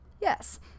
yes